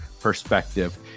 perspective